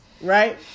right